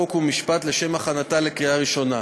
חוק ומשפט לשם הכנתה לקריאה ראשונה.